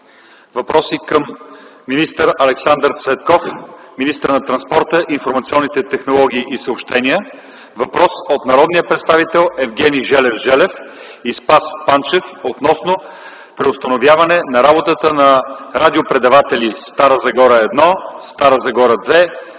въпроси към Александър Цветков – министър на транспорта, информационните технологии и съобщенията. Въпрос от народните представители Евгений Желев Желев и Спас Янев Панчев относно преустановяване на работата на радиопредаватели „Стара Загора 1” и „Стара Загора 2”